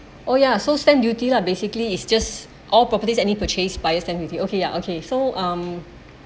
oh ya so stamp duty lah basically it's just all properties any purchase buyers stamp with it okay ya okay so um